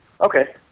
Okay